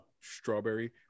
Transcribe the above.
strawberry